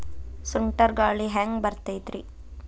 ಸುಂಟರ್ ಗಾಳಿ ಹ್ಯಾಂಗ್ ಬರ್ತೈತ್ರಿ?